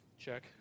check